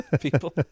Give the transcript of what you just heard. People